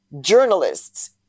Journalists